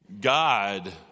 God